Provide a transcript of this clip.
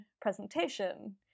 presentation